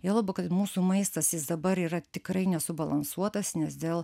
juo labiau kad mūsų maistas jis dabar yra tikrai nesubalansuotas nes dėl